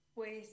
Pues